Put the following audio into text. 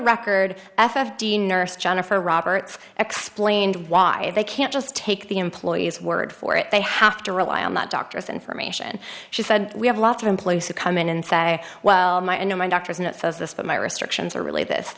record f d a nurse jennifer roberts explained why they can't just take the employees word for it they have to rely on that doctor's information she said we have lots of employees who come in and say well my you know my doctor's note says this but my restrictions are really this